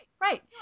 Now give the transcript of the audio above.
right